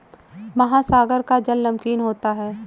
महासागर का जल नमकीन होता है